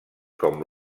com